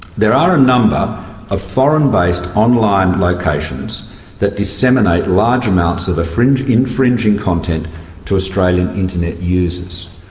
there are a number of foreign-based online locations that disseminate large amounts of infringing infringing content to australian internet users.